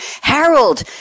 Harold